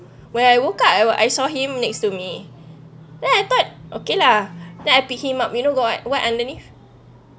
where I woke up I was I saw him next to me then I thought okay lah then I picked him up you know got what underneath